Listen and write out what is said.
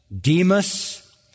Demas